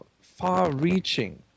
far-reaching